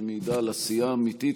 שמעידה על עשייה אמיתית,